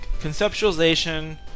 Conceptualization